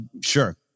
sure